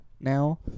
now